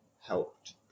helped